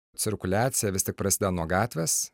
cirkuliacija vis tik prasideda nuo gatvės